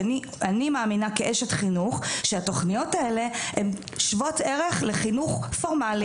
כי אני מאמינה כאשת חינוך שהתוכניות האלה הן שוות ערך לחינוך פורמלי.